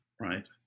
right